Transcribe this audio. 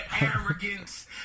arrogance